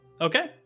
Okay